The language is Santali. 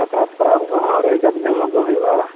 ᱥᱟᱠᱨᱟᱛ ᱯᱟᱨᱟᱵᱽ ᱨᱮᱦᱚᱸ ᱟᱹᱰᱤ ᱡᱟᱠ ᱡᱚᱢᱚᱠ ᱜᱮ ᱦᱩᱭᱩᱜᱼᱟ